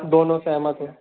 दोनों सहमत हो